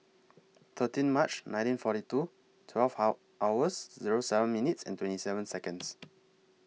thirteen March nineteen forty two twelve hours Zero seven minutes and twenty seven Seconds